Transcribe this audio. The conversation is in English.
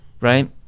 right